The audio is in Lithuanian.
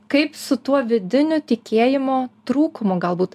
kaip su tuo vidiniu tikėjimo trūkumu galbūt